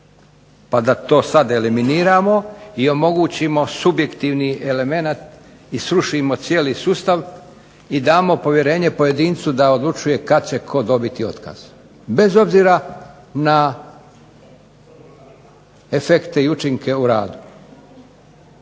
pa da to sad eliminiramo i omogućimo subjektivni elemenat i srušimo cijeli sustav, i damo povjerenje pojedincu da odlučuje kad će tko dobiti otkaz, bez obzira na efekte i učinke u radu.